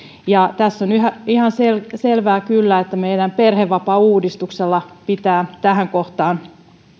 tässä on yhä ihan selvää kyllä että meidän perhevapaauudistuksella pitää tähän kohtaan